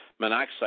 monoxide